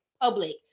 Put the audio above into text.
public